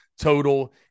total